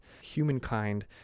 humankind